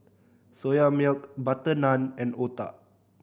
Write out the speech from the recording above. Soya Milk butter naan and otah